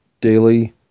daily